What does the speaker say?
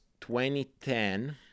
2010